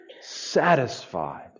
satisfied